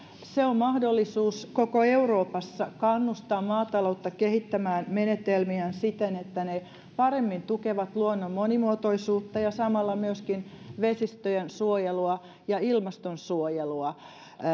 se on mahdollisuus koko euroopassa kannustaa maataloutta kehittämään menetelmiään siten että ne paremmin tukevat luonnon monimuotoisuutta ja samalla myöskin vesistöjen suojelua ja ilmastonsuojelua